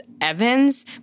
Evans